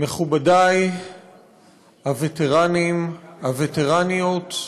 מכובדי הווטרנים, הווטרניות,